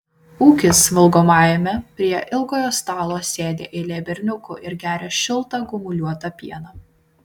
ūkis valgomajame prie ilgojo stalo sėdi eilė berniukų ir geria šiltą gumuliuotą pieną